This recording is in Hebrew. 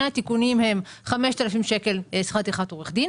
אחד מהתיקונים זה 5,000 שקל שכר טרחת עורכי דין.